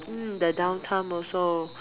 mm that downtime also